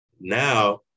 Now